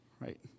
right